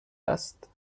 است